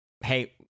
hey